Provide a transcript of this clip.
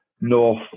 north